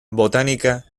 botánica